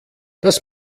das